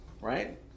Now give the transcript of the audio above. Right